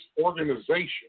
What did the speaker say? organization